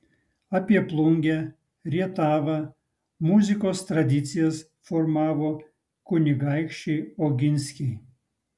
apie plungę rietavą muzikos tradicijas formavo kunigaikščiai oginskiai